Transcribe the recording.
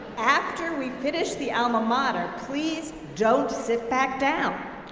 after we finish the alma mater, please don't sit back down.